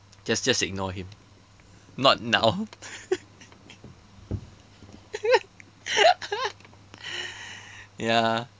just just ignore him not now ya